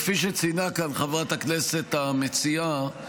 כפי שציינה חברת הכנסת המציעה,